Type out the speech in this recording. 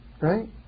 right